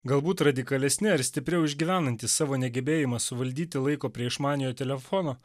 galbūt radikalesni ar stipriau išgyvenantys savo negebėjimą suvaldyti laiko prie išmaniojo telefono